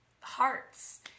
hearts